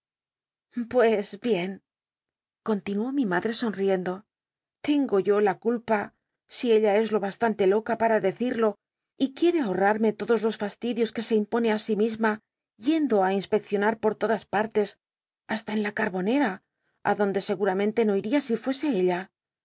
pues bien continuó mi madre sonriendo tengo yo la culpa si ella es lo bastante loca para me todos los fastidios que se impone i sí misma yendo ti inspecciona r por tes hasta en la carbonera adonde seguramente no iría si fuese ella